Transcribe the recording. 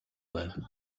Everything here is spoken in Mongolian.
байв